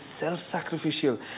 self-sacrificial